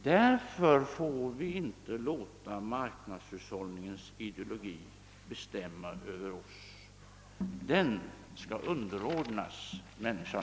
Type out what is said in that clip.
Därför får vi inte låta marknadshushållningens ideologi bestämma över oss. Den skall underordnas människan.